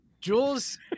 Jules